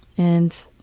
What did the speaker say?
and